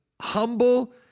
humble